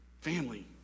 Family